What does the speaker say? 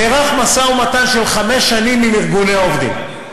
נערך משא-ומתן של חמש שנים עם ארגוני העובדים.